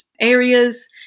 areas